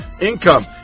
income